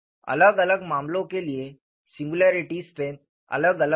अलग अलग मामलों के लिए सिंगुलैरिटी स्ट्रेंथ अलग अलग होगी